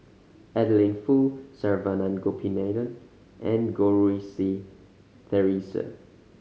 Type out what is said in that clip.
Adeline Foo Saravanan Gopinathan and Goh Rui Si Theresa